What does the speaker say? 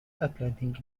atlantic